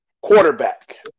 Quarterback